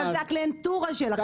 מדובר באנשים חסרי ייצוג.